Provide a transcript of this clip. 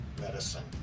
medicine